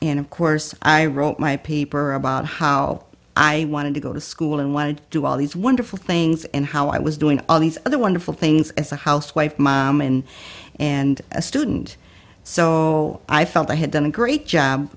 and of course i wrote my paper about how i wanted to go to school and want to do all these wonderful things and how i was doing all these other wonderful things as a housewife and and a student so i felt i had done a great job